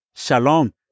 Shalom